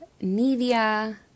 Nidia